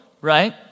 right